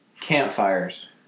campfires